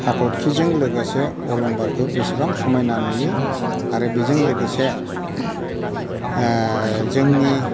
हाथरखिजों लोगोसे अलंबारखौ बिसिबां समायना नुयो आरो बेजों लोगोसे ओ जोंनि